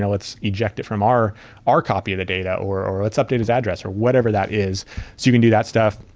yeah let's eject it from our our copy of the data, or or let's update this address, or whatever that is. so you can do that stuff.